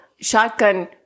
shotgun